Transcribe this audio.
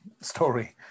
story